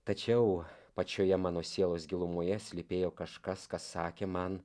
tačiau pačioje mano sielos gilumoje slypėjo kažkas kas sakė man